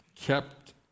kept